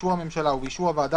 באישור הממשלה ובאישור הוועדה,